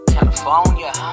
California